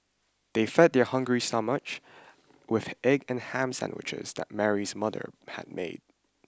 they fed their hungry stomach with egg and ham sandwiches that Mary's mother had made